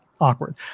awkward